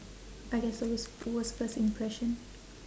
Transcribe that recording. I guess worst worst first impression